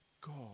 God